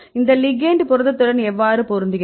இந்த லிகெண்ட் புரதத்துடன் எவ்வாறு பொருந்துகிறது